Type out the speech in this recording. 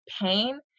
pain